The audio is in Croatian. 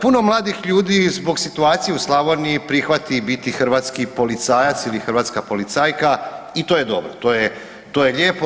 Puno mladih ljudi zbog situacije u Slavoniji prihvati biti hrvatski policajac ili hrvatska policajka i to je dobro, to je, to je lijepo.